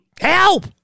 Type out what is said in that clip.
Help